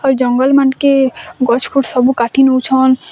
ଆଉ ଜଙ୍ଗଲ୍ ମାନ୍ କେ ଗଛ୍ ଗୁଛ୍ ସବୁ କାଟି ନଉଛନ୍